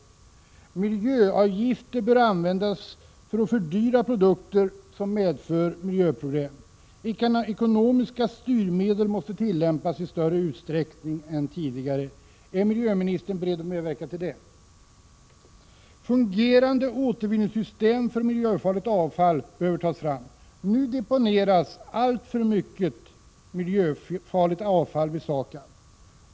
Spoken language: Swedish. Miljöavgifter bör användas för att fördyra produkter som medför miljöproblem. Olika ekonomiska styrmedel måste användas i större utsträckning än tidigare. Är miljöministern beredd att medverka till detta? Fungerande återvinningssystem för miljöfarligt avfall behöver tas fram. Nu deponeras alltför mycket miljöfarligt avfall vid SAKAB.